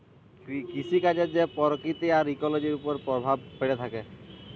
কিসিকাজের যে পরকিতি আর ইকোলোজির উপর পরভাব প্যড়ে থ্যাকে